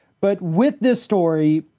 but with this story,